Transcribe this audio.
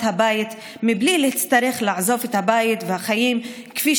יגלו נכונות להחזיר לאנשים כסף שנתנו כמקדמות.